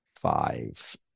five